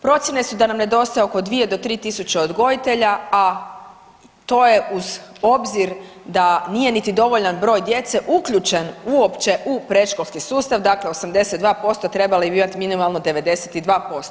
Procjene su da nam nedostaje oko 2 do 3 tisuće odgojitelja, a to je uz obzir da nije niti dovoljan broj djece uključen uopće u predškolski sustav dakle 82% trebali bi imati minimalno 92%